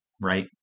right